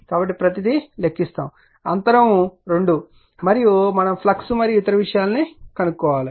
కాబట్టి ప్రతీది లెక్కిస్తాము అంతరం 2 మరియు మనం ఫ్లక్స్ మరియు ఇతర విషయాలను కనుగొనాలి